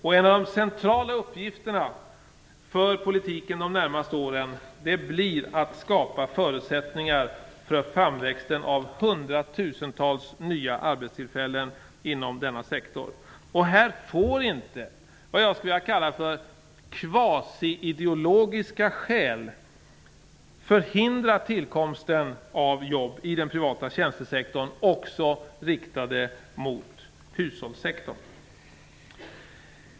En av de centrala uppgifterna för politiken de närmaste åren blir att skapa förutsättningar för framväxten av hundratusentals nya arbetstillfällen inom denna sektor. Det som jag skulle vilja kalla för kvasiideologiska skäl får inte förhindra tillkomsten av jobb i den privata tjänstesektorn - och också inom hushållssektorn.